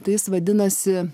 tai jis vadinasi